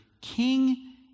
king